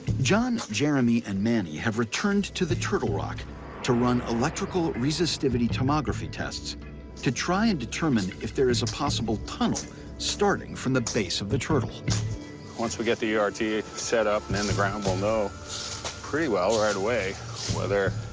john, jeremy, and manny have returned to the turtle rock to run electrical resistivity tomography tests to try and determine if there is a possible tunnel starting from the base of the turtle once we get the yeah ert ah set up and in the ground, we'll know pretty well right away whether